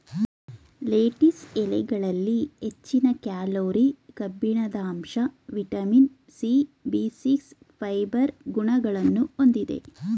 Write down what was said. lettuce ಎಲೆಗಳಲ್ಲಿ ಹೆಚ್ಚಿನ calorie, ಕಬ್ಬಿಣದಂಶ, vitamin C, B six, fibre ಗುಣಗಳನ್ನು ಹೊಂದಿದೆ